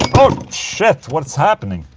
oh shit, what's happening?